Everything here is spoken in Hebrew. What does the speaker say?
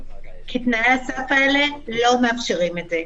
כי תנאי הסף האלה לא מאפשרים את זה.